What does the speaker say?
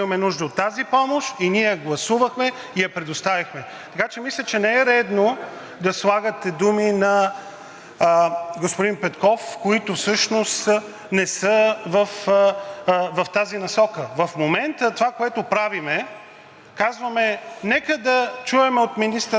господин Петков, които всъщност не са в тази насока. В момента това, което правим, е, казваме: нека да чуем от министъра на отбраната какви възможности имаме и какво трябва да се предостави като възможности, без по някакъв начин